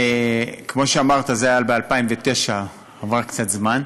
כמו שאמרת, זה היה ב-2009, עבר קצת זמן.